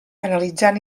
analitzant